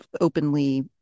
openly